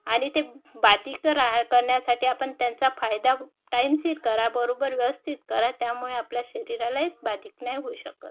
आणि ते बाधक राहा करण्यासाठी आपण त्यांचा फायदा टाईमशीर करा बरोबर व्यवस्थित करा त्यामुळे आपल्या शरीरालाही बाधक नाही होऊ शकत